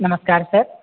नमस्कार सर